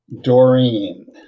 Doreen